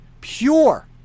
Pure